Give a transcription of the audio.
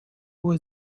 was